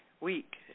week